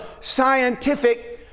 scientific